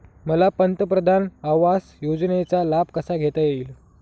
मला पंतप्रधान आवास योजनेचा लाभ कसा घेता येईल?